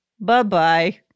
Bye-bye